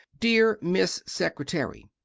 deer miss secretary,